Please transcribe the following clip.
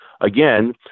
again